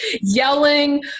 yelling